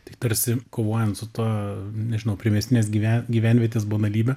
tai tarsi kovojant su ta nežinau primiestinės gyven gyvenvietės banalybe